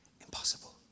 impossible